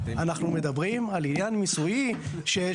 אנחנו מדברים על עניין של מיסוי שהיזם,